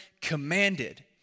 commanded